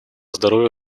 здоровья